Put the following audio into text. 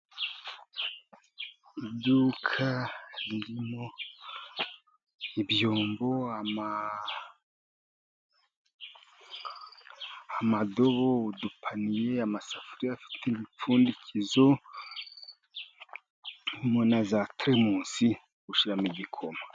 Iduka ririmo ibyombo, amadobo, udupaniye, amasafuriya afite imipfundizo na za telemusi zo gushyiramo igikoma.